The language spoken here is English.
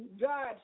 God